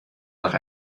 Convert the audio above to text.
nach